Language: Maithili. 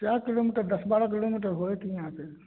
कए किलोमीटर दस बारह किलोमीटर होयत हीयाँसँ